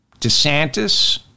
DeSantis